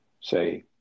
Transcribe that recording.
say